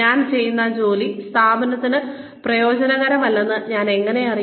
ഞാൻ ചെയ്യുന്ന ജോലി സ്ഥാപനത്തിന് പ്രയോജനകരമല്ലെന്ന് ഞാൻ എങ്ങനെ അറിയും